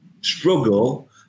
struggle